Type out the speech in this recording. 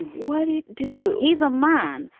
what do you do? he's a man.